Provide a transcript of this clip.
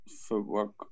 Footwork